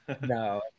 No